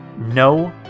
No